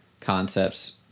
concepts